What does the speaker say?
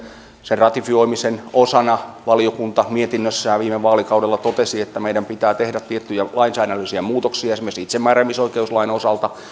sen ratifioimisen osana valiokunta mietinnössään viime vaalikaudella totesi että meidän pitää tehdä tiettyjä lainsäädännöllisiä muutoksia esimerkiksi itsemääräämisoikeuslain osalta